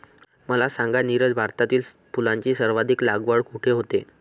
मला सांगा नीरज, भारतात फुलांची सर्वाधिक लागवड कुठे होते?